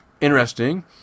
interesting